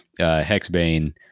Hexbane